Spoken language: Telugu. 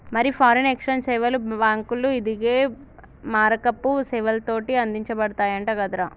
మరి ఫారిన్ ఎక్సేంజ్ సేవలు బాంకులు, ఇదిగే మారకపు సేవలతోటి అందించబడతయంట కదరా